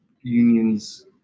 unions